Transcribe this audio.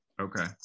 Okay